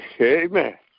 Amen